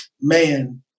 man